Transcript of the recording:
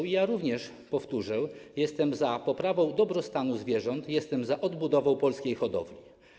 I ja również powtórzę: jestem za poprawą dobrostanu zwierząt, jestem za odbudową polskiej hodowli.